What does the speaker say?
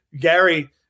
Gary